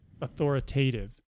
authoritative